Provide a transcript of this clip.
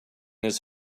his